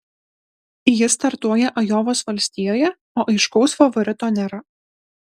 jis startuoja ajovos valstijoje o aiškaus favorito nėra